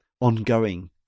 ongoing